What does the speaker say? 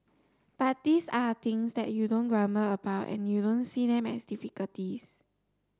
but these are things that you don't grumble about and you don't see them as difficulties